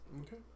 Okay